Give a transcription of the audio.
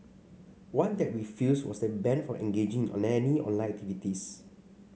one that refused was then banned from engaging in any online activities